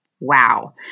Wow